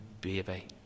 baby